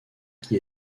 qui